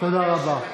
תודה רבה.